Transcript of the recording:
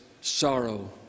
sorrow